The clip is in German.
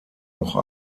noch